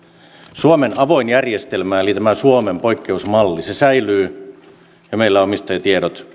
suomen avoin järjestelmä eli tämä suomen poikkeusmalli säilyy ja meillä omistajatiedot